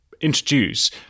introduce